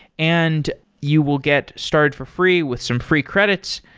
and you will get started for free with some free credits.